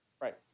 Right